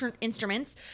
instruments